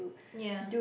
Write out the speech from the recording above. yea